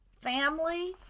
family